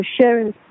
sharing